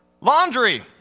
Laundry